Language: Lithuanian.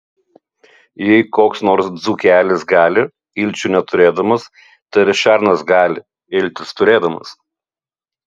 jei koks nors dzūkelis gali ilčių neturėdamas tai ir šernas gali iltis turėdamas